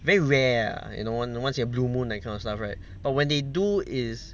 very rare ah you know once in a blue moon that kind of stuff right but when they do is